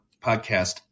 podcast